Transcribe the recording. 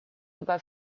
über